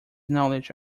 knowledge